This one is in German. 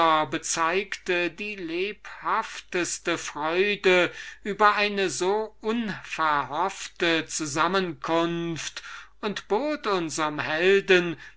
bezeugte die lebhafteste freude über eine so angenehm überraschende zusammenkunft und bot unserm helden